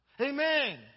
Amen